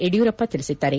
ಯಡಿಯೂರಪ್ಪ ತಿಳಿಸಿದ್ದಾರೆ